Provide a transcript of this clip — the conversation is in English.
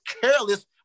careless